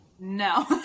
No